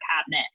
cabinet